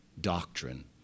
doctrine